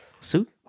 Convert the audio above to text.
suit